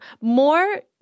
More